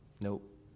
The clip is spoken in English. Nope